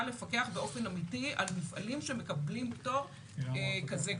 לפקח באופן אמיתי על מפעלים שמקבלים פטור כזה גורף.